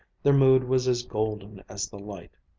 their mood was as golden as the light.